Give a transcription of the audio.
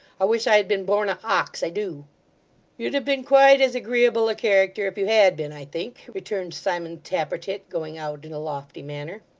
i wish i had been born a ox, i do you'd have been quite as agreeable a character if you had been, i think returned simon tappertit, going out in a lofty manner.